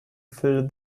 fill